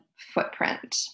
footprint